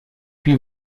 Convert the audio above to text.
più